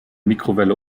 mikrowelle